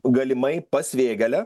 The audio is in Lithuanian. galimai pas vėgėlę